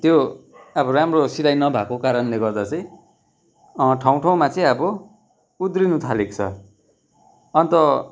त्यो अब राम्रो सिलाइ नभएको कारणले गर्दा चाहिँ ठाउँ ठाउँमा चाहिँ अब उध्रिनु थालेको छ अन्त